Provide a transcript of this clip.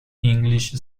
english